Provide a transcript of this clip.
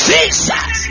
Jesus